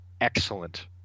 excellent